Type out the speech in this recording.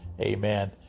Amen